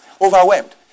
Overwhelmed